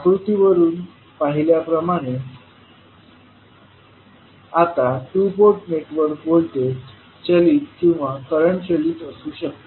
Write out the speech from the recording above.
आकृतीवरून पाहिल्याप्रमाणे आता टू पोर्ट नेटवर्क व्होल्टेज चलित किंवा करंट चलित असू शकते